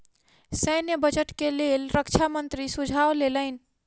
सैन्य बजट के लेल रक्षा मंत्री सुझाव लेलैन